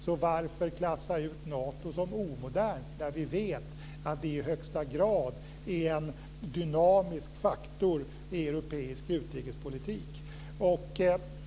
Så varför klassa ut Nato som omodernt när vi vet att det i högsta grad är en dynamisk faktor i europeisk utrikespolitik?